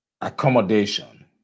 accommodation